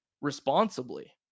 responsibly